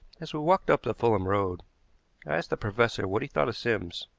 as we walked up the fulham road i asked the professor what he thought of sims.